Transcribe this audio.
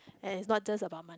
and it's not just about mon~